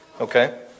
Okay